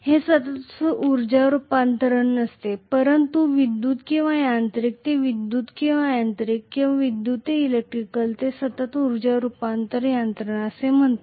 हे सतत उर्जा रूपांतरण नसते परंतु विद्युत किंवा यांत्रिक ते विद्युतीय ते यांत्रिक किंवा विद्युतीय ते इलेक्ट्रिक ते सतत ऊर्जा रूपांतरण यंत्रणा असते